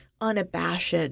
unabashed